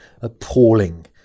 appalling